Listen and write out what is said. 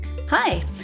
Hi